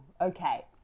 okay